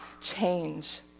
change